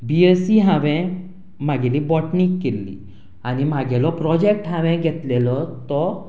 बी S C हांवें म्हजी बॉटनिंत केल्ली आनी म्हजो प्रोजेक्ट हांवें घेतिल्लो तो